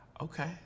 Okay